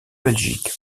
belgique